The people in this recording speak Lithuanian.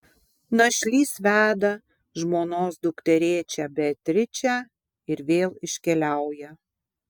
našlys veda žmonos dukterėčią beatričę ir vėl iškeliauja